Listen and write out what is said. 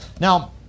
Now